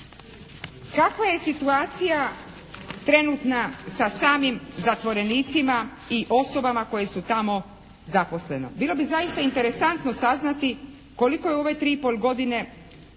kakva je situacija trenutna sa samim zatvorenicima i osobama koje su tamo zaposlene? Bilo bi zaista interesantno saznati koliko je u ove tri i pol godine